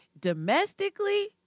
domestically